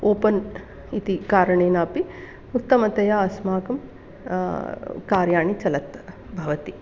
open इति कारणेनापि उत्तमतया अस्माकं कार्याणि चलत् भवति